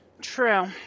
True